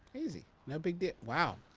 easy. no big dea wow.